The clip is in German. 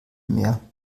mehr